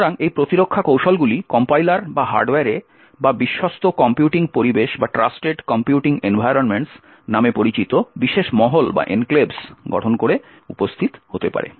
সুতরাং এই প্রতিরক্ষা কৌশলগুলি কম্পাইলার বা হার্ডওয়্যারে বা বিশ্বস্ত কম্পিউটিং পরিবেশ নামে পরিচিত বিশেষ মহল গঠন করে উপস্থিত হতে পারে